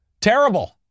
Terrible